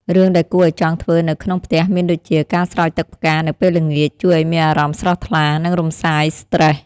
រឿងដែលគួរឲ្យចង់ធ្វើនៅក្នុងផ្ទះមានដូចជា ការស្រោចទឹកផ្កានៅពេលល្ងាច ជួយឱ្យមានអារម្មណ៍ស្រស់ថ្លា និងរំសាយស្រ្តេស។